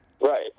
right